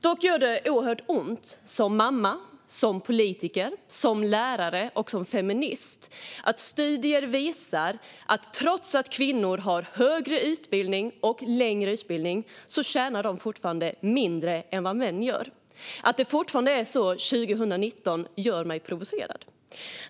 Dock gör det oerhört ont som mamma, som politiker, som lärare och som feminist när studier visar att trots att kvinnor har högre och längre utbildning tjänar de fortfarande mindre än vad män gör. Att det fortfarande är så, 2019, gör mig provocerad.